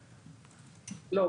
לא,